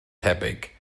tebyg